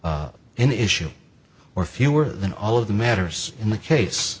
an issue or fewer than all of the matters in the case